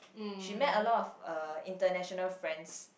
she met a lot of uh international friends